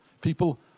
People